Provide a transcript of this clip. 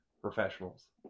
Professionals